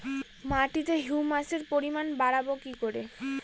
মাটিতে হিউমাসের পরিমাণ বারবো কি করে?